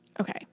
Okay